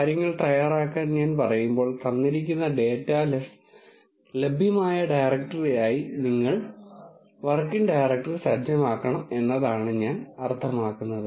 കാര്യങ്ങൾ തയ്യാറാക്കാൻ ഞാൻ പറയുമ്പോൾ തന്നിരിക്കുന്ന ഡാറ്റ ലെസ് ലഭ്യമായ ഡയറക്ടറിയായി നിങ്ങൾ വർക്കിംഗ് ഡയറക്ടറി സജ്ജമാക്കണം എന്നാണ് ഞാൻ അർത്ഥമാക്കുന്നത്